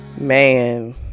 Man